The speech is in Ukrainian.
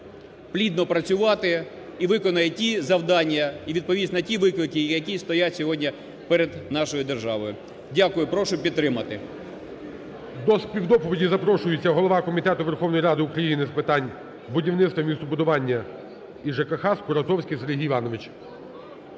плідно працювати і виконає ті завдання, і відповість на ті виклики, які стоять сьогодні перед нашою державою. Дякую. Прошу підтримати. ГОЛОВУЮЧИЙ. До співдоповіді запрошується голова Комітету Верховної Ради України з питань будівництва, містобудування і ЖКХ, Скуратовський Сергій Іванович.